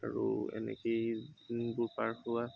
আৰু এনেকেই দিনবোৰ পাৰ হোৱা